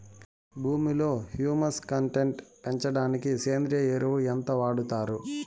భూమిలో humus content పెంచడానికి సేంద్రియ ఎరువు ఎంత వాడుతారు